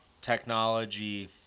technology